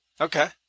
Okay